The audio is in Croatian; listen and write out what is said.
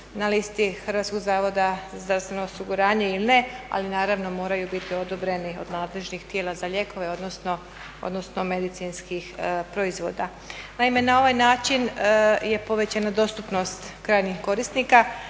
na listi Hrvatskog zavoda za zdravstveno osiguranje ili ne, ali naravno moraju biti odobreni od nadležnih tijela za lijekove, odnosno medicinskih proizvoda. Naime, na ovaj način je povećana dostupnost krajnjih korisnika,